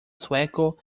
sueco